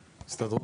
אוקי, הסתדרות.